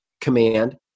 Command